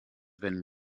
been